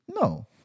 No